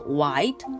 white